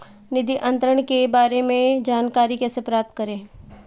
निधि अंतरण के बारे में जानकारी कैसे प्राप्त करें?